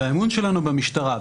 והאמון שלנו במשטרה,